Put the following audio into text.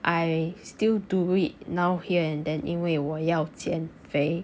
I still do it now here and then 因为我要减肥